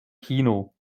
kino